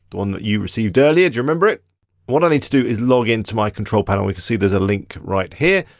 the one that you received earlier. do you remember it? and what i need to do is login to my control panel. we can see there's a link right here.